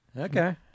Okay